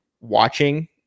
watching